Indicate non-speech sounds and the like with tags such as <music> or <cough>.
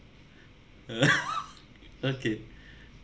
<laughs> okay